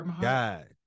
god